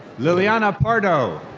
liliana pardo.